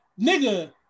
nigga